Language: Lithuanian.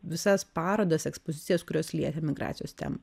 visas parodas ekspozicijas kurios lietė migracijos tema